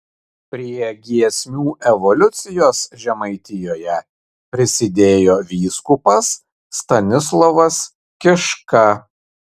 prie giesmių evoliucijos žemaitijoje prisidėjo vyskupas stanislovas kiška